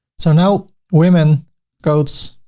so now women coats,